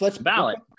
ballot